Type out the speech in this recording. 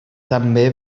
també